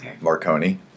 Marconi